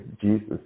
Jesus